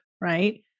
right